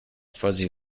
fuzzy